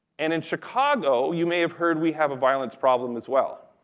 and in chicago you may have heard we have a violence problem as well,